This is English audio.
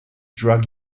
drug